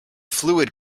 fluid